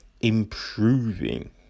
Improving